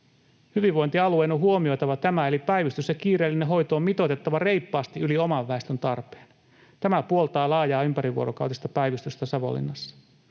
Hyvinvointialueen on huomioitava tämä, eli päivystys- ja kiireellinen hoito on mitoitettava reippaasti yli oman väestön tarpeen. Tämä puoltaa laajaa ympärivuorokautista päivystystä Savonlinnassa.